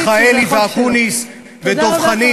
מיכאלי ואקוניס ודב חנין,